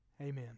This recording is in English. Amen